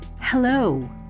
Hello